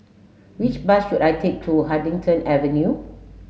which bus should I take to Huddington Avenue